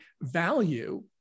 value